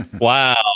Wow